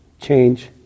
Change